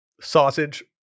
sausage